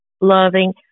loving